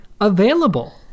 available